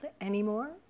anymore